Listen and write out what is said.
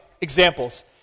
examples